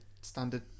standard